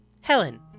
helen